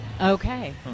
okay